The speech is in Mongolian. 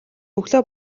өглөө